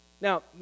Now